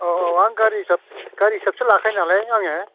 औ औ औ आं गारि हिसाब गारि हिसाबसो लाखायो नालाय आङो